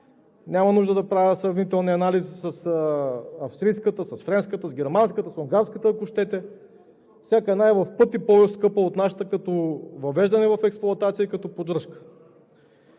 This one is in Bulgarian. Няма нужда да правя сравнителен анализ с австрийската, френската, немската, унгарската, ако щете, и всяка една е в пъти по-скъпа от нашата като въвеждане в експлоатация и като поддръжка.